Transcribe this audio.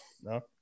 No